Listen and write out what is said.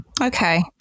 Okay